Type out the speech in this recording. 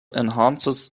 enhances